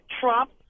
Trump